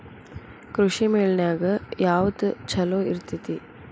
ಕೃಷಿಮೇಳ ನ್ಯಾಗ ಯಾವ್ದ ಛಲೋ ಇರ್ತೆತಿ?